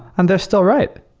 and they're still right.